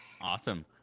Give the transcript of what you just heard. Awesome